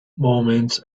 moments